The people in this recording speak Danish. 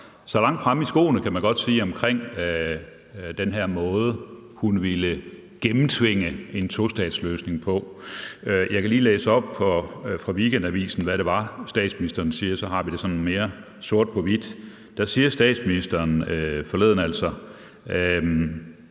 så langt fremme i skoene, kan man godt sige, omkring den her måde, hun ville gennemtvinge en tostatsløsning på. Jeg kan lige læse op fra Weekendavisen, hvad det var, statsministeren sagde; så har vi det sådan mere sort på hvidt. Der sagde statsministeren altså